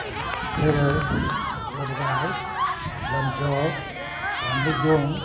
ꯀꯩꯔꯛ ꯋꯥꯕꯒꯥꯏ ꯂꯝꯖꯥꯎ ꯂꯥꯡꯃꯩꯗꯣꯡ